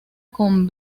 con